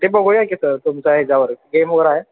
ते बघूया की सर तुमच्या ह्याच्यावर गेमवर आहे